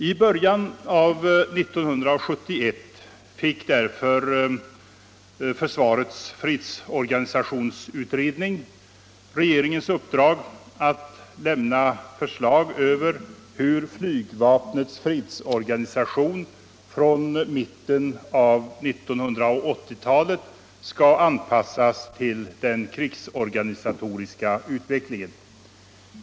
I början av 1971 fick försvarets fredsorganisationsutredning regeringens uppdrag att lämna förslag på hur flygvapnets fredsorganisation från mitten av 1980-talet skall anpassas till den krigsorganisatoriska utvecklingen.